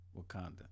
Wakanda